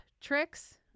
tricks